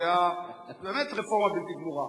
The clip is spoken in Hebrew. זו באמת רפורמה בלתי גמורה.